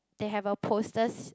they have a posters